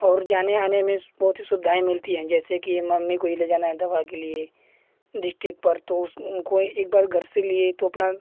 और जाने आने में बहुत सी सुविधाएँ मिलती हैं जैसे कि मम्मी को ही ले जाना है दवा के लिए डिस्ट्रिक्ट पर तो उनको एक बार घर से लिए तो अपना